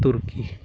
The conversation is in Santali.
ᱛᱩᱨᱠᱤ